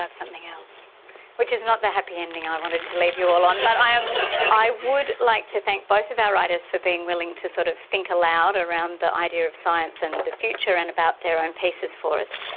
um um which is not the happy ending i wanted to leave you all on, but i i would like to thank both of our writers for being willing to sort of think aloud around the idea of science and the future and about their own pieces for us,